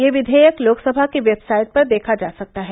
यह विधेयक लोकसभा की वेबसाइट पर देखा जा सकता है